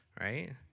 right